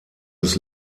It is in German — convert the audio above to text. des